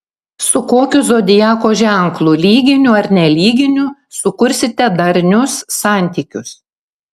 su kokiu zodiako ženklu lyginiu ar nelyginiu sukursite darnius santykius